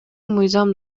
мыйзам